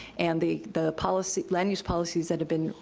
and the the policy, land use policies that have been,